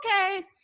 okay